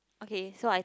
okay so I